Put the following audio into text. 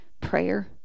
prayer